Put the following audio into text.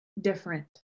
different